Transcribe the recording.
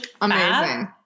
amazing